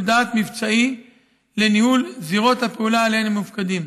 דעת מבצעי לניהול זירות הפעולה שעליהן הם מופקדים.